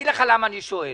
אני אגיד לך למה אני שואל.